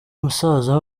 musaza